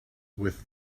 with